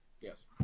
Yes